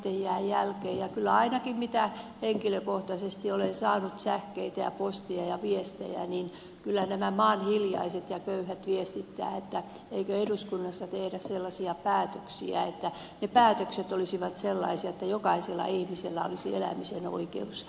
kyllä ainakin mitä henkilökohtaisesti olen saanut sähkeitä ja postia ja viestejä nämä maan hiljaiset ja köyhät viestittävät että eikö eduskunnassa tehdä sellaisia päätöksiä että ne päätökset olisivat sellaisia että jokaisella ihmisellä olisi elämisen oikeus